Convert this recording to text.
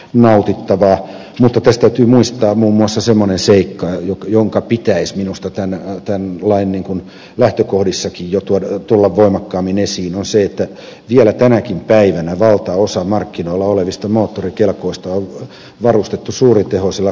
mutta tässä täytyy muistaa muun muassa semmoinen seikka jonka pitäisi minusta tämän lain lähtökohdissakin jo tulla voimakkaammin esiin että vielä tänäkin päivänä valtaosa markkinoilla olevista moottorikelkoista on varustettu suuritehoisilla kaksitahtimoottoreilla